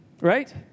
right